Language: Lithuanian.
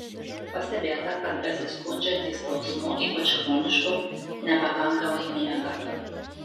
pastebėta kad besiskundžiantys skausmu ypač chronišku nepakankamai miega